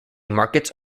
markets